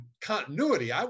continuity